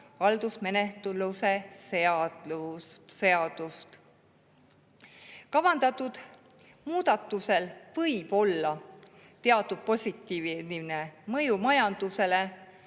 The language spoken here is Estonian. haldusmenetluse seadust. Kavandatud muudatusel võib olla teatud positiivne mõju majandusele,